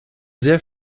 sehr